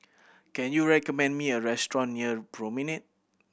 can you recommend me a restaurant near Promenade